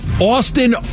Austin